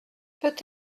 peut